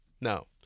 No